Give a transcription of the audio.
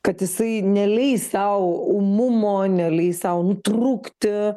kad jisai neleis sau ūmumo neleis sau nutrūkti